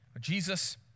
Jesus